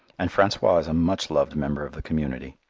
and francois is a much-loved member of the community.